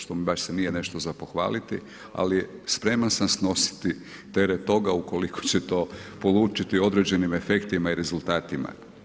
Što mi baš se nije nešto za pohvaliti ali spreman sa snositi teret toga ukoliko će to polučiti određenim efektima i rezultatima.